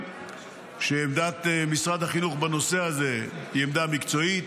שעמדת משרד החינוך בנושא הזה היא עמדה מקצועית,